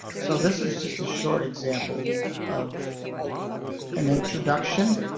so this is just a short example of an introduction.